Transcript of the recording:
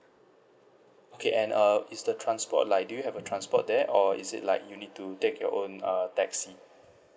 okay and uh is the transport like do you have a transport there or is it like you need to take your own uh taxi